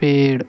पेड़